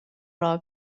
راه